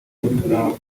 munyarwenya